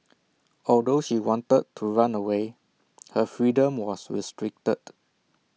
although she wanted to run away her freedom was restricted